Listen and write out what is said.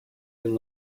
been